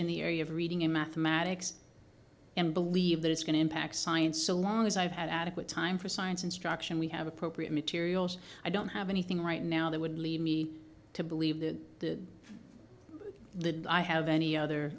in the area of reading in mathematics and believe that it's going to impact science so long as i've had adequate time for science instruction we have appropriate materials i don't have anything right now that would lead me to believe the the i have any other